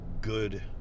good